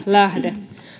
lähde